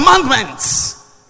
commandments